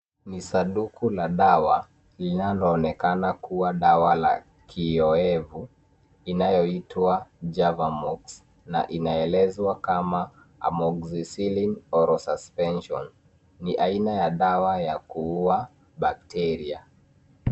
Ni sanduku la dawa linaloonekana kuwa dawa la kiowevu inayoitwa Javamox na inaelezwa kama amoxicillin oral suspension . Ni aina ya dawa ya kuua bacteria .